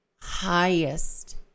highest